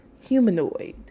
humanoid